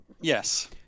Yes